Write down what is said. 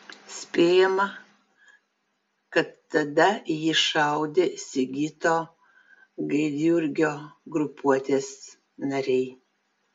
spėjama kad tada į jį šaudė sigito gaidjurgio grupuotės nariai